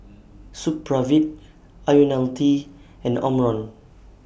Supravit Ionil T and Omron